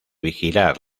vigilar